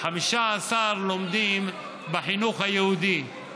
15% לומדים בחינוך היהודי.